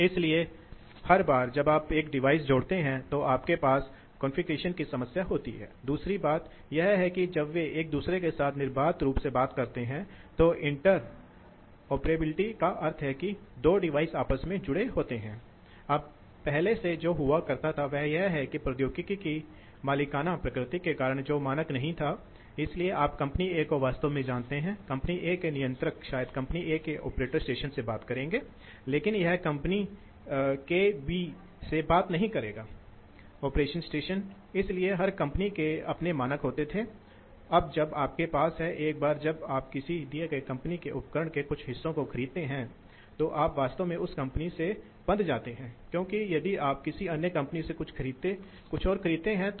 इसी तरह आपके पास विभिन्न गति के लिए कर्व्स का एक परिवार है दूसरी ओर इस बिंदीदार रेखाओं को देखो इसलिए यह बिंदीदार रेखा यह बिंदीदार रेखा यह 150 है इसलिए ये निरंतर हार्स पावर लाइनें हैं इसलिए ये हैं निरंतर हार्स पावर लाइनें इसलिए यदि आप इसे इस वक्र के साथ संचालित करते हैं तो आपके पास एक आप हमेशा 150 हार्स पावर खर्च करते हैं इसी तरह आपके पास कई नंबर हैं सही